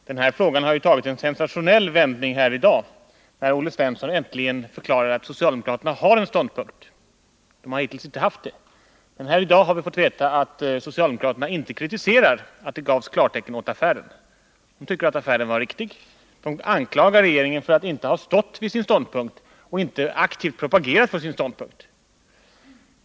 Herr talman! Den här frågan har ju tagit en sensationell vändning i dag, när Olle Svensson äntligen förklarar att socialdemokraterna har en ståndpunkt. De har hittills inte haft det. Men här i dag har vi fått veta att socialdemokraterna inte kritiserar att det gavs klartecken åt affären. De tycker att affären var riktig. De anklagar regeringen för att inte ha stått för och aktivt propagerat för sin ståndpunkt.